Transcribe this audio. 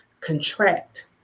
contract